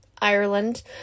Ireland